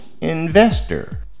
investor